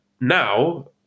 now